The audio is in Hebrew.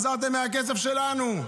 עזרתם מהכסף שלנו.